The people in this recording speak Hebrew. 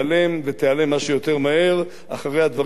ותיעלם מה שיותר מהר אחרי הדברים הרעים.